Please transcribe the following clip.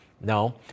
No